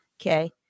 Okay